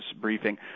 briefing